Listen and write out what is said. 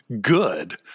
good